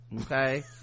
Okay